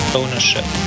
ownership